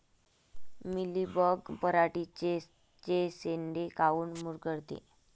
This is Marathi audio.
मिलीबग पराटीचे चे शेंडे काऊन मुरगळते?